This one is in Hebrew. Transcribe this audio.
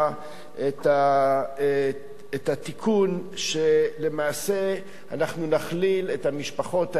את התיקון שלמעשה אנחנו נכליל את המשפחות האלה,